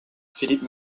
philippe